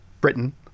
Britain